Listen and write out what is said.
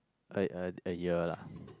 I a a year lah